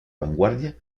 vanguardia